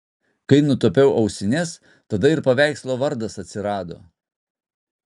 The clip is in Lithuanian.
kai nutapiau ausines tada ir paveikslo vardas atsirado